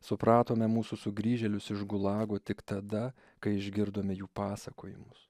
supratome mūsų sugrįžėlius iš gulago tik tada kai išgirdome jų pasakojimus